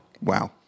Wow